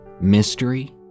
Mystery